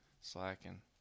Slacking